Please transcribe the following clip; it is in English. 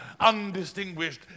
undistinguished